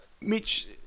Mitch